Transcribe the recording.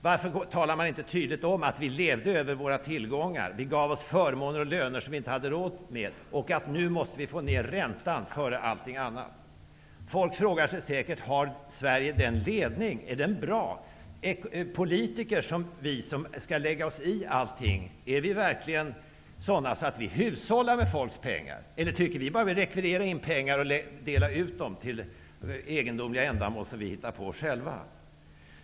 Varför talar man inte tydligt om att vi levde över våra tillgångar, att vi gav oss förmåner och löner som vi inte hade råd med och att vi nu måste få ned räntan före allting annat? Folk frågar sig säkert: Är Sveriges ledning bra? Politiker som vi, som skall lägga oss i allting, hushållar vi verkligen med människors pengar? Eller tycker vi bara att det är att rekvirera in pengar och dela ut dem till egendomliga ändamål som vi hittar på själva.